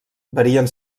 varien